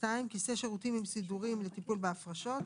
(2)כיסא שירותים עם סידורים לטיפול בהפרשות,